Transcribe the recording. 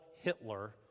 Hitler